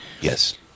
Yes